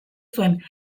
zuen